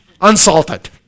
Unsalted